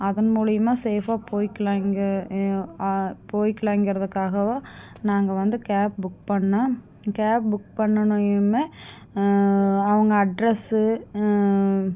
அதன் மூலிமா சேஃபாக போயிக்கலாம் இங்கே எ போயிக்கலாங்கிறதுக்காகவும் நாங்கள் வந்து கேப் புக் பண்ணிணோம் கேப் புக் பண்ணுடனயுமே அவங்க அட்ரெஸ்ஸு